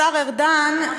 השר ארדן,